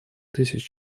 тысяч